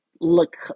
look